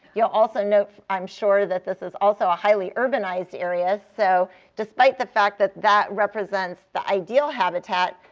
you'll also note, i'm sure, that this is also a highly urbanized area. so despite the fact that that represents the ideal habitat,